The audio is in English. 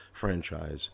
franchise